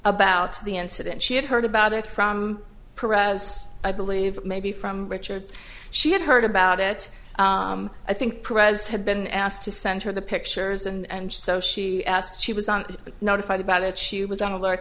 about the incident she had heard about it from as i believe maybe from richard she had heard about it i think had been asked to send her the pictures and so she asked she was on notified about it she was on alert